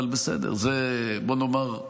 אבל בסדר, בוא נאמר,